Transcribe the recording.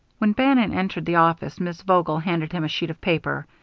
when bannon entered the office, miss vogel handed him a sheet of paper.